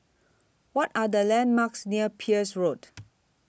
What Are The landmarks near Peirce Road